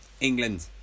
England